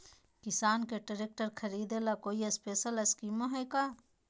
किसान के ट्रैक्टर खरीदे ला कोई स्पेशल स्कीमो हइ का?